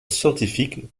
scientifique